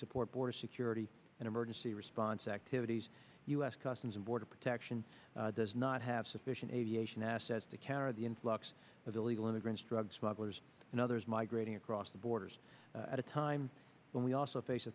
support border security and emergency response activities u s customs and border protection does not have sufficient aviation assets to counter the influx of illegal immigrants drug smugglers and others migrating across the borders at a time when we also face a